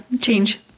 Change